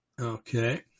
okay